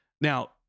now